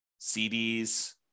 CDs